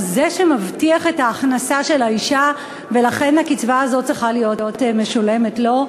זה שמבטיח את ההכנסה של האישה ולכן הקצבה הזאת צריכה להיות משולמת לו.